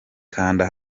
kanda